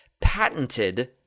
patented